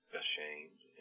ashamed